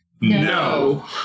No